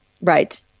Right